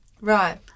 Right